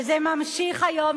וזה ממשיך היום,